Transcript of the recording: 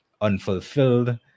unfulfilled